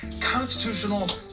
constitutional